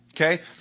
Okay